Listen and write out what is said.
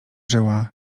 żyła